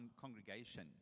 congregation